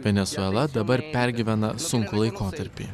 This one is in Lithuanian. venesuela dabar pergyvena sunkų laikotarpį